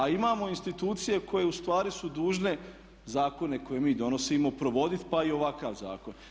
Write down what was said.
A imamo institucije koje ustvari su dužne zakone koje mi donosimo provoditi pa i ovakav zakon.